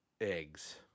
eggs